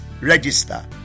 register